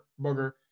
Booger